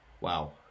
Wow